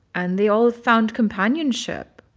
and they all found companionship.